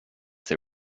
they